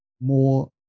more